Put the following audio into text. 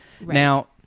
Now